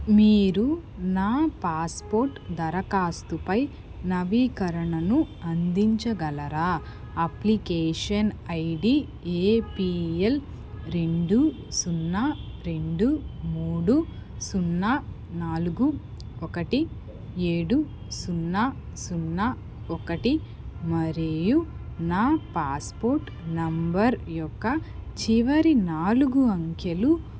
మీరు నా పాస్పోర్ట్ దరఖాస్తుపై నవీకరణను అందించగలరా అప్లికేషన్ ఐడి ఏపిఎల్ రెండు సున్నా రెండు మూడు సున్నా నాలుగు ఒకటి ఏడు సున్నా సున్నా ఒకటి మరియు నా పాస్పోర్ట్ నంబర్ యొక్క చివరి నాలుగు అంకెలు